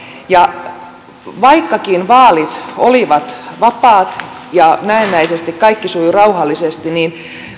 vaikkakin vaalit olivat vapaat ja näennäisesti kaikki sujui rauhallisesti niin